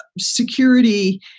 Security